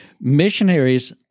Missionaries